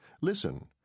Listen